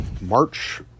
March